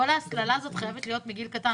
כל ההסללה הזאת חייבת להיות מגיל צעיר.